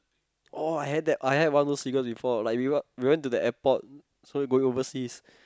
oh I had that I had one of those cigarettes before we went to the airport so we going overseas